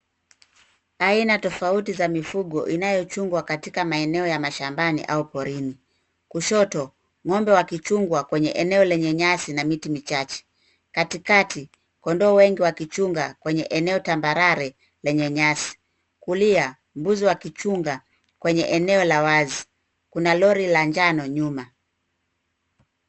Aina tofauti za mifugo inayochungwa katika, maeneo ya mashambani au porini. Kushoto ngombe wakichungwa kwenye eneo lenye nyasi na miti michache. Katikati kondoo wengi wakichunga kwenye eneo tambarare lenye nyasi. Kulia mbuzi wakichunga kwenye eneo la wazi na lori la njano nyuma.